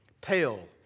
pale